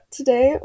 Today